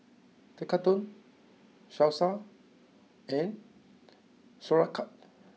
Tekkadon Salsa and Sauerkraut